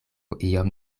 iom